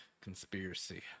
Conspiracy